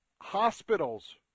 hospitals